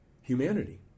humanity